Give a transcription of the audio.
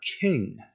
King